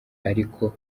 ariko